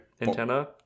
antenna